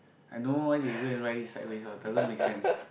I know why they go and write it sideways orh doesn't make sense